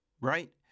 right